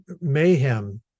mayhem